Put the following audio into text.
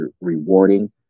rewarding